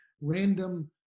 random